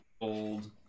old